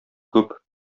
күп